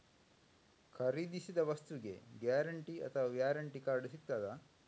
ಖರೀದಿಸಿದ ವಸ್ತುಗೆ ಗ್ಯಾರಂಟಿ ಅಥವಾ ವ್ಯಾರಂಟಿ ಕಾರ್ಡ್ ಸಿಕ್ತಾದ?